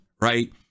right